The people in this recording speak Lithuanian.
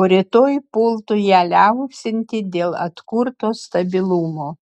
o rytoj pultų ją liaupsinti dėl atkurto stabilumo